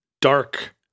dark